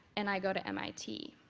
and i go to mit.